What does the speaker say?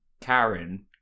Karen